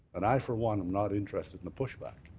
and i, for one, am not interested in a push back.